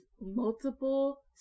multiple